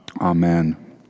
Amen